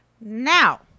Now